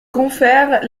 confer